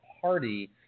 party